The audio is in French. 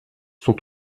sont